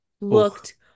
looked